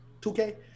2K